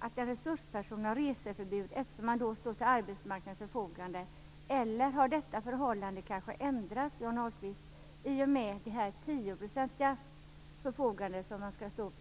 Har en resursperson fortfarande reseförbud, eftersom man står till arbetsmarknadens förfogande? Eller har detta förhållande ändrats, Johnny Ahlqvist, i och med att man skall stå till arbetsmarknadens förfogande motsvarande